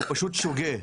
הוא פשוט שוגה.